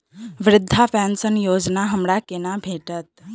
वृद्धा पेंशन योजना हमरा केना भेटत?